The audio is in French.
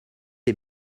est